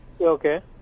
Okay